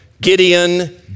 Gideon